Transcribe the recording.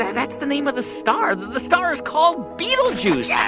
and that's the name of the star. the star is called betelgeuse yeah